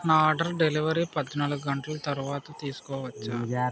నా order delivery పద్నాలుగు గంటలు తరువాత తీసుకోవచ్చా